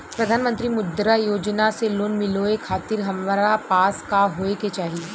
प्रधानमंत्री मुद्रा योजना से लोन मिलोए खातिर हमरा पास का होए के चाही?